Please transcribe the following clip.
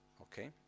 Okay